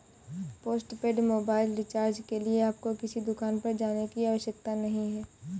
postpaid mobile recharge के लिए आपको किसी दुकान पर जाने की आवश्यकता नहीं है